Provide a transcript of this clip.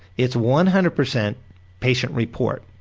it's one hundred percent patient report.